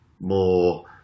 more